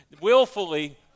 Willfully